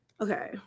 Okay